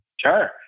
Sure